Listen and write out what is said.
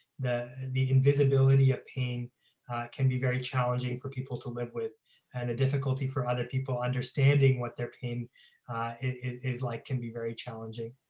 the the invisibility of pain can be very challenging for people to live with and a difficulty for other people understanding what their pain is like can be very challenging.